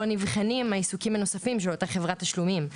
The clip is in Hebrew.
לא נבחנים העיסוקים הנוספים של אותה חברת תשלומים?